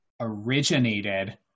originated